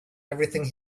everything